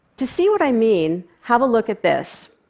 to see what i mean, have a look at this.